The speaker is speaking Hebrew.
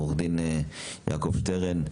עורך דין יעקב שטרן.